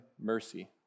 mercy